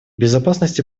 безопасность